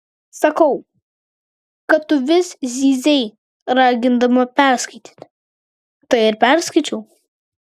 sakau kad tu vis zyzei ragindama perskaityti tai ir perskaičiau